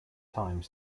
time